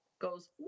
goes